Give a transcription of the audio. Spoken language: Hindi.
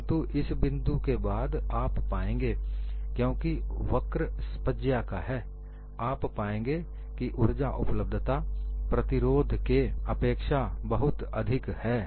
परंतु इस बिंदु के बाद आप पाएंगे क्योंकि वक्र स्पज्या का है आप पाएंगे कि ऊर्जा उपलब्धता प्रतिरोध के अपेक्षा बहुत अधिक है